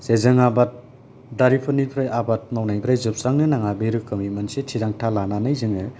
जे जों आबादारिनिफ्राय आबाद मावनायफ्रा जोबस्रांनो नाङा बे रोखोमनि मोनसे थिरांथा लानानै जोङो